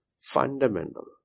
fundamental